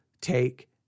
take